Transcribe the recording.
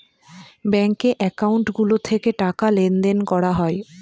ব্যাঙ্কে একাউন্ট গুলো থেকে টাকা লেনদেন করা হয়